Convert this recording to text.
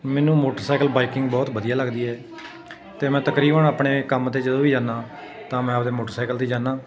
ਮੈਨੂੰ motorcycle biking ਬਹੁਤ ਵਧੀਆ ਲੱਗਦੀ ਹੈ ਅਤੇ ਮੈਂ ਤਕਰੀਬਨ ਆਪਣੇ ਕੰਮ 'ਤੇ ਜਦੋਂ ਵੀ ਜਾਂਦਾ ਤਾਂ ਮੈਂ ਆਪਦੇ ਮੋਟਰਸਾਈਕਲ 'ਤੇ ਜਾਂਦਾ